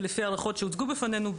לפי הערכות שהוצגו בפנינו,